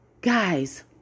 Guys